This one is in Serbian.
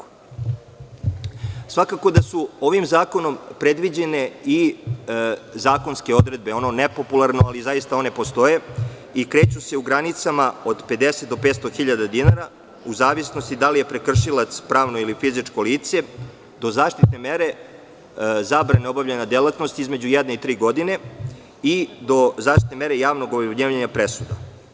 Ovim zakonom su predviđene i zakonske odredbe, ono nepopularno, ali zaista one postoje i kreću se u granicama od 50 do 500 hiljada dinara u zavisnosti da li je prekršilac pravno ili fizičko lice do zaštitne mere zabrane obavljanja delatnosti između jedne i tri godine i do zaštitne mere javnog objavljivanja presuda.